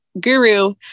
guru